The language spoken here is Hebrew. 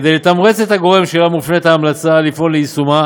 כדי לתמרץ את הגורם שאליו מופנית ההמלצה לפעול ליישומה,